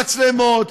מצלמות,